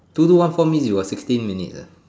two two one four means you got sixteen minutes eh